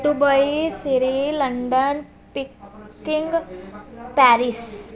Dubai Surrey London Beijing Paris